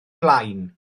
blaen